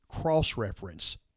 cross-reference